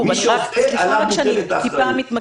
מי שעושה עליו מוטלת האחריות.